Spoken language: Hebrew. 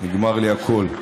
נגמר לי הקול.